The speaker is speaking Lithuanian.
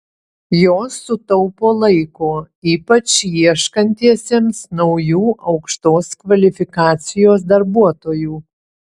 jos sutaupo laiko ypač ieškantiesiems naujų aukštos kvalifikacijos darbuotojų